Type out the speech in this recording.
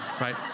right